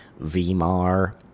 Vimar